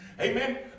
Amen